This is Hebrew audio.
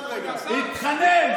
שקל, כבוד השר, תיקון קטן התחנן.